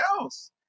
else